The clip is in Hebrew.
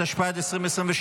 התשפ"ד 2023,